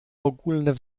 ogólne